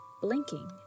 Blinking